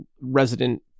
resident